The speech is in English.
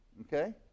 okay